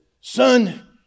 son